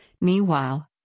Meanwhile